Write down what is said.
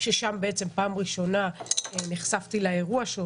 שם בעצם פעם ראשונה נחשפתי לאירוע על